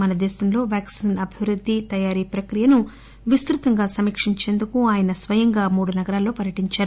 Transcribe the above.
మనదేశంలో వ్యాక్పిన్ అభివృద్ది తయారీ ప్రక్రియను విస్తుతంగా సమీక్షించేందుకు ఆయన స్వయంగా మూడు నగరాల్లో పర్యటించారు